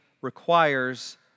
requires